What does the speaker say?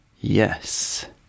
Yes